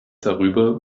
darüber